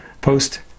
post